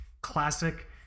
classic